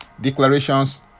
declarations